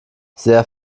sehr